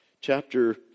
chapter